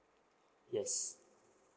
yes